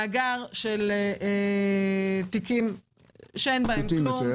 מאגר תיקים פשוטים,